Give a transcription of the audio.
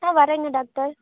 ஆ வரேங்க டாக்டர்